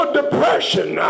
depression